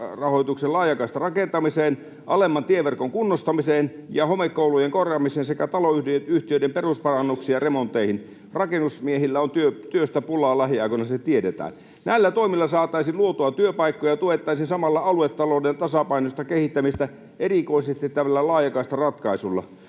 lisärahoituksen laajakaistarakentamiseen, alemman tieverkon kunnostamiseen ja homekoulujen korjaamiseen sekä taloyhtiöiden perusparannuksiin ja remontteihin. Rakennusmiehillä on työstä pulaa lähiaikoina, se tiedetään. Näillä toimilla saataisiin luotua työpaikkoja, tuettaisiin samalla aluetalouden tasapainoista kehittämistä, erikoisesti tällä laajakaistaratkaisulla.